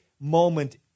moment